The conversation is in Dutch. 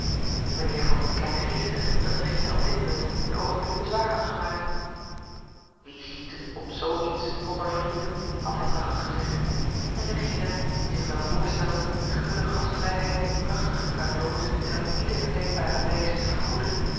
mijnheer vond het kleingeestig dat regina op dit punt een oogenblik bezwaar had gemaakt wie ziet op z iets onder vrienden had hij lachend gezegd en regina die zich wel voorstelde de gulle gastvrijheid in prachtige cadeaux en op iedere denkbare wijze te vergoeden